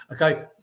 Okay